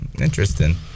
Interesting